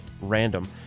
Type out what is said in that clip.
random